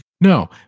No